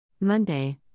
Monday